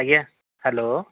ଆଜ୍ଞା ହେଲୋ